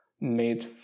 made